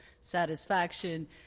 satisfaction